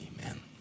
Amen